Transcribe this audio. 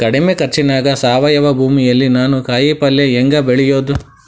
ಕಡಮಿ ಖರ್ಚನ್ಯಾಗ್ ಸಾವಯವ ಭೂಮಿಯಲ್ಲಿ ನಾನ್ ಕಾಯಿಪಲ್ಲೆ ಹೆಂಗ್ ಬೆಳಿಯೋದ್?